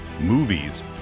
movies